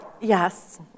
Yes